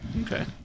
Okay